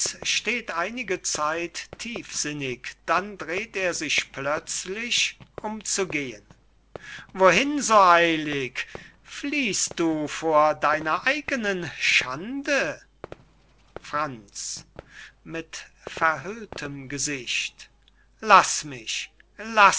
steht einige zeit tiefsinnig dann dreht er sich plötzlich um zu gehn wohin so eilig fliehst du vor deiner eigenen schande franz mit verhülltem gesicht laß mich